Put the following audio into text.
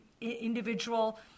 individual